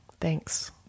thanks